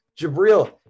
Jabril